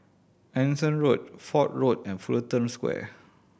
Anson Road Fort Road and Fullerton Square